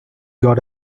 got